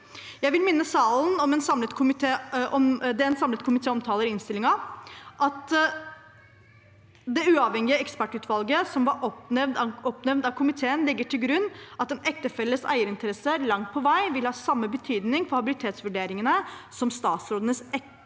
Jeg vil minne salen om det en samlet komité omtaler i innstillingen: at det uavhengige ekspertutvalget som var oppnevnt av komiteen, legger til grunn at «en ektefelles eierinteresser langt på vei vil ha samme betydning for habilitetsvurderingen som statsrådens eget